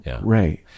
right